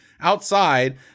outside